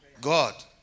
God